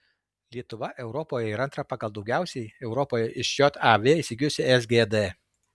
lietuva europoje yra antra pagal daugiausiai europoje iš jav įsigijusi sgd